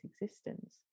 existence